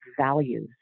values